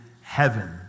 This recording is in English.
heaven